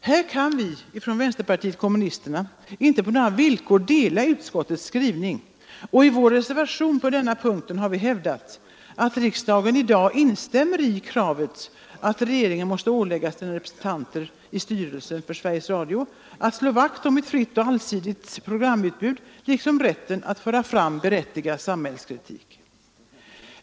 Här kan vi inte på några villkor dela utskottets skrivning, och i vår reservation under denna punkt har vi hävdat att riksdagen i dag bör instämma i kravet att regeringen måste ålägga sina representanter i Sveriges Radios styrelse att slå vakt om ett fritt och allsidigt programut bud, liksom rätten att föra fram berättigad samhällskritik.